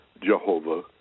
jehovah